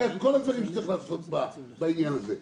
את כל הדברים שצריך לעשות בעניין הזה,